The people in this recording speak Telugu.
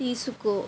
తీసుకో